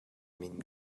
min